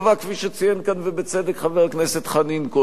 כפי שציין כאן ובצדק חבר הכנסת חנין קודם,